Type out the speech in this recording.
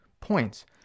points